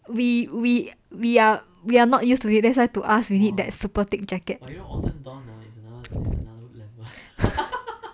we we we are we are not used to it that's why to ask you need that super thick jacket